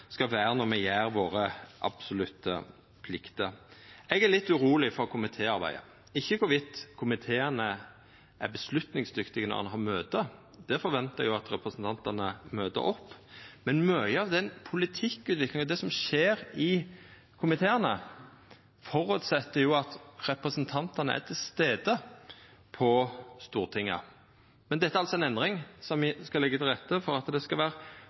skal gjelda når me gjer våre absolutte plikter. Eg er litt uroleg for komitéarbeidet – ikkje om komiteen kan ta avgjerder når ein har møte, der ventar eg at representantane møter opp. Men mykje av den politikkutviklinga som skjer i komiteane, føreset at representantane er til stades på Stortinget. Men dette er altså ei endring som skal leggja til rette for at ein skal